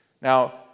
Now